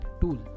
tool